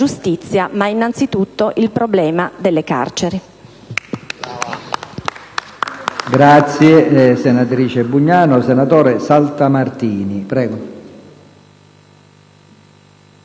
ma - innanzitutto - il problema delle carceri.